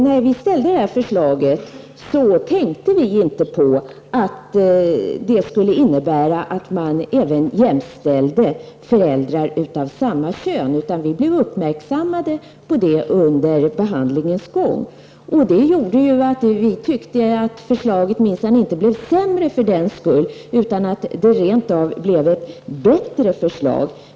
När vi ställde förslaget tänkte vi inte på att det skulle innebära att man även jämställde föräldrar av samma kön, utan vi blev uppmärksammade på det under behandlingens gång. Vi tyckte att förslaget minsann inte blev sämre för den skull utan rent av bättre.